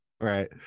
Right